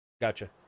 Gotcha